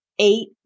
eight